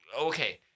Okay